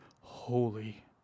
holy